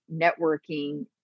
networking